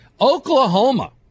Oklahoma